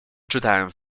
czytałem